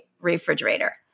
refrigerator